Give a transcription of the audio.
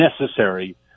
necessary